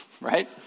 right